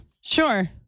Sure